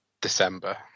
December